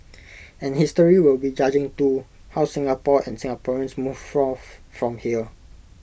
and history will be judging too how Singapore and Singaporeans move forth from here